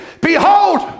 behold